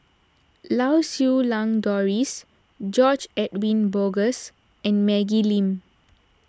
Lau Siew Lang Doris George Edwin Bogaars and Maggie Lim